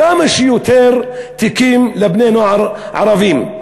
תופעה חדשה: עוצרים בני-נוער ערבים,